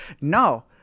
no